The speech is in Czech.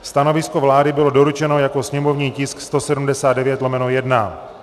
Stanovisko vlády bylo doručeno jako sněmovní tisk 179/1.